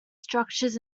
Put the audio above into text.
structures